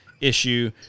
issue